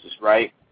Right